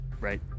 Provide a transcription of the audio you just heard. right